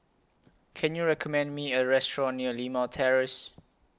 Can YOU recommend Me A Restaurant near Limau Terrace